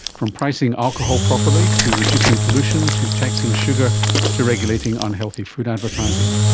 from pricing alcohol properly to reducing pollution to taxing sugar to regulating unhealthy food advertising.